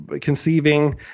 conceiving